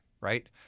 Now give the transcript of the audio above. right